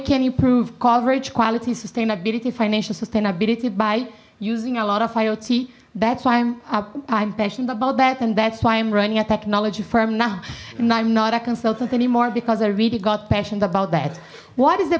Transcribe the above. can improve coverage quality sustainability financial sustainability by using a lot of iot that's why i'm i'm passionate about that and that's why i'm running a technology firm now and i'm not a consultant anymore because i really got passionate about that what is the